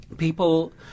People